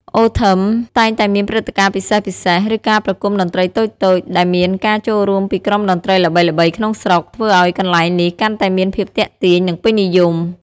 អូ ថឹម តែងតែមានព្រឹត្តិការណ៍ពិសេសៗ ឬការប្រគំតន្ត្រីតូចៗ ដែលមានការចូលរួមពីក្រុមតន្ត្រីល្បីៗក្នុងស្រុក ធ្វើឱ្យកន្លែងនេះកាន់តែមានភាពទាក់ទាញ និងពេញនិយម។